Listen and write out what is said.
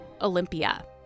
Olympia